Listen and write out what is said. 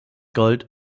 gold